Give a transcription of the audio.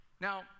now